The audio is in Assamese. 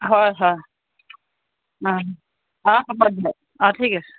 হয় হয় অঁ অঁ হ'ব দিয়ক অঁ ঠিক আছে